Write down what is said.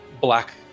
black